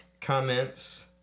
comments